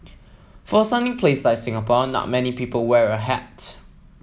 for a sunny place like Singapore not many people wear a hat